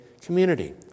community